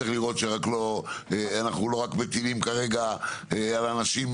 צריך לראות שאנחנו לא רק מטילים כרגע על אנשים